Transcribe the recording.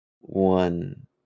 one